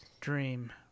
dream